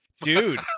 Dude